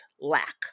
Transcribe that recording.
lack